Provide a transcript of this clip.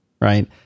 Right